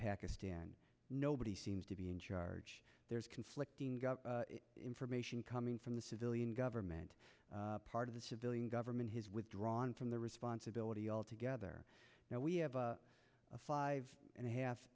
pakistan nobody seems to be in charge there is conflicting information coming from the civilian government part of the civilian government has withdrawn from the responsibility altogether now we have a five and a half